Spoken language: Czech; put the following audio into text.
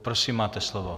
Prosím, máte slovo.